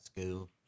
school